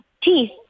teeth